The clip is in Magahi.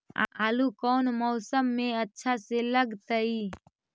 आलू कौन मौसम में अच्छा से लगतैई?